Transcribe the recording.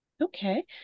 okay